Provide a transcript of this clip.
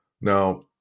Now